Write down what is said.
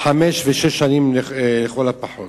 חמש ושש שנים לכל הפחות.